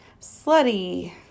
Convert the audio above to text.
Slutty